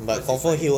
because it's like